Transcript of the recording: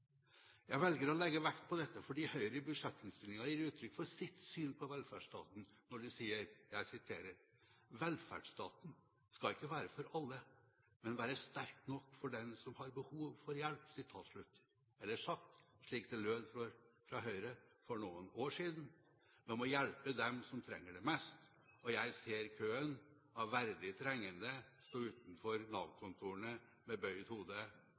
Jeg velger å legge vekt på dette fordi Høyre i budsjettinnstillingen gir uttrykk for sitt syn på velferdsstaten når de skriver: «Velferdsstaten skal ikke være alt for alle, men skal være sterk for den som har behov for hjelp.» Eller sagt slik det lød fra Høyre for noen år siden: Man må hjelpe dem som trenger det mest. Jeg ser køen av verdige trengende stå utenfor Nav-kontorene med bøyd hode og med lua i